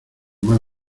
mal